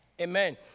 Amen